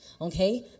Okay